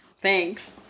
thanks